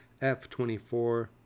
F24